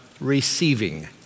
receiving